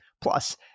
Plus